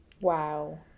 Wow